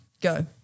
go